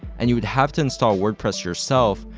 and you would have to install wordpress yourself,